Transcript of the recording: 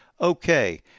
Okay